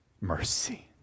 mercy